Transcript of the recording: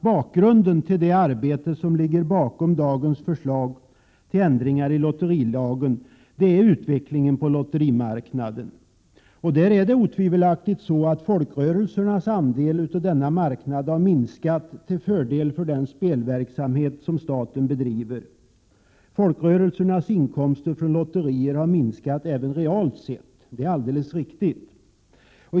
Bakgrunden till det arbete som ligger bakom dagens förslag till ändringar i lotterilagen är utvecklingen på lotterimarknaden. Under lång tid har folkrörelsernas andel av denna marknad otvivelaktigt minskat till fördel för den spelverksamhet som staten bedriver. Folkrörelsernas inkomster av lotterier har minskat även realt sett. Det är alldeles riktigt.